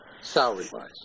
salary-wise